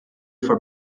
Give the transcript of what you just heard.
for